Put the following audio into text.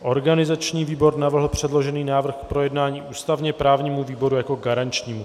Organizační výbor navrhl předložený návrh k projednání ústavněprávnímu výboru jako garančnímu.